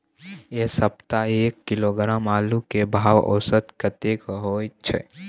ऐ सप्ताह एक किलोग्राम आलू के भाव औसत कतेक होय छै?